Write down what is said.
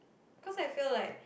cause I feel like